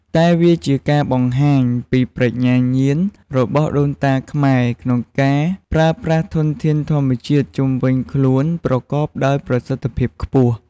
តែវាជាការបង្ហាញពីប្រាជ្ញាញាណរបស់ដូនតាខ្មែរក្នុងការប្រើប្រាស់ធនធានធម្មជាតិជុំវិញខ្លួនប្រកបដោយប្រសិទ្ធភាពខ្ពស់។